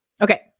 Okay